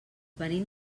venim